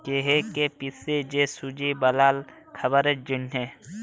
গেঁহুকে পিসে যে সুজি বালাল খাবারের জ্যনহে